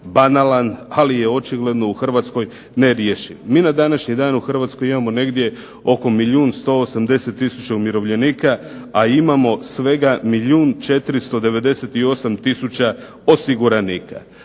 "banalan" ali je očigledno u Hrvatskoj nerješiv. MI na današnji dan u Hrvatskoj imamo negdje oko milijun i 180 tisuća umirovljenika, a imamo svega milijun 498 tisuća osiguranika.